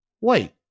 Wait